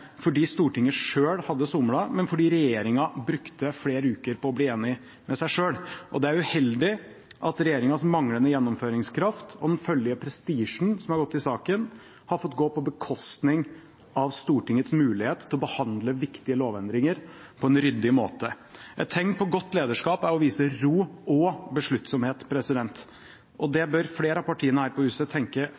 fordi Stortinget selv hadde somlet, men fordi regjeringa brukte flere uker på å bli enig med seg selv. Det er uheldig at regjeringas manglende gjennomføringskraft, og den følgelige prestisjen som har gått i saken, har fått gå på bekostning av Stortingets mulighet til å behandle viktige lovendringer på en ryddig måte. Et tegn på godt lederskap er å vise ro og besluttsomhet. Det bør flere av partiene her på huset tenke